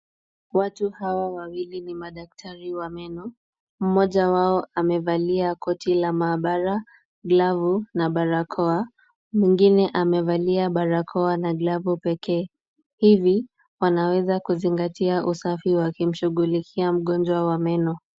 Watu hawa wawili ni madaktari wa meno. Mmoja wao amevalia koti la maabara, glavu na barakoa. Mwingine amevalia barakoa na glavu pekee. Hivi wanaweza kuzingatia usafi wakimshughulikia mgonjwa wa meno.